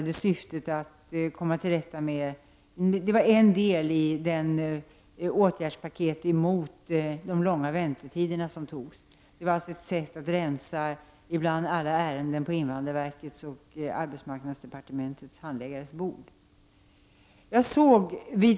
Detta beslut var en del i det åtgärdspaket som skulle motverka de långa väntetiderna. Beslutet innebar att man skulle rensa bland alla ärenden på invandrarverkets och arbetsmarknadsdepartementets handläggares bord.